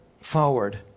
forward